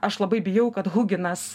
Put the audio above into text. aš labai bijau kad huginas